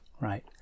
Right